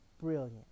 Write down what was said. brilliant